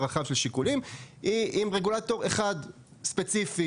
היא עם רגולטור אחד ספציפי,